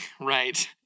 Right